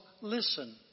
listen